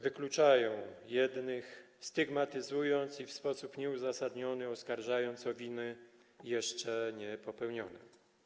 Wykluczają jednych, stygmatyzując i w sposób nieuzasadniony oskarżając o winy jeszcze niepopełnione.